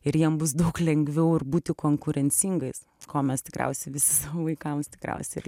ir jiems bus daug lengviau ir būti konkurencingais ko mes tikriausiai vis vaikams tikriausiai ir